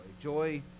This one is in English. Joy